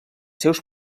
seus